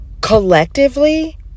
collectively